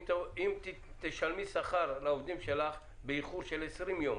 אם תשלמי שכר לעובדים שלך באיחור של 20 יום,